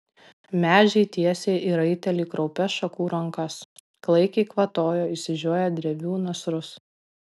medžiai tiesė į raitelį kraupias šakų rankas klaikiai kvatojo išžioję drevių nasrus